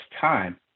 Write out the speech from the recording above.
time